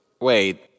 wait